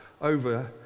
over